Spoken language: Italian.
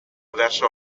verso